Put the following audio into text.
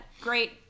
great